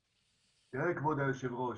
תראה כבוד יושב הראש,